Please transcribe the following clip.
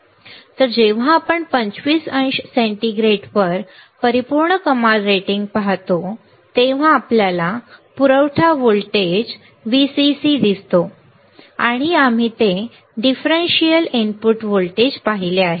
तर जेव्हा आपण 25 अंश सेंटीग्रेडवर परिपूर्ण कमाल रेटिंग पाहतो तेव्हा आपल्याला पुरवठा व्होल्टेज बरोबर Vcc दिसतो आम्ही ते डिफरेंशियल इनपुट व्होल्टेज पाहिले आहे